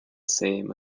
same